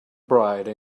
bride